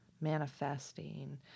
manifesting